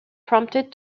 prompted